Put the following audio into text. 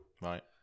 Right